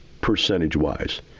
percentage-wise